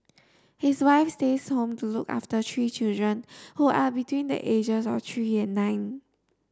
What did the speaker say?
his wife stays home to look after three children who are between the ages of three and nine